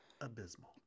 Abysmal